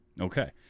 Okay